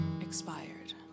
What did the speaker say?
expired